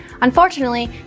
unfortunately